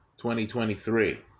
2023